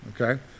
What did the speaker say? okay